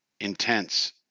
intense